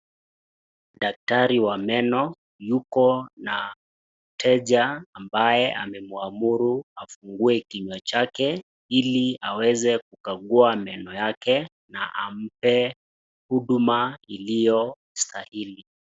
Daktari wa meno yuko na mteja ambaye amemuamuru afungue kinywa chake, iliaweze kukagua meno yake na ampe huduma iliyostahili.